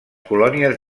colònies